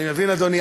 אני מבין, אדוני.